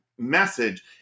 message